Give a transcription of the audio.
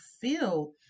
feel